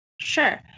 Sure